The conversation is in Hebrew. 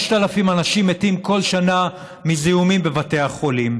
5,000 אנשים מתים כל שנה מזיהומים בבתי החולים.